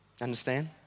Understand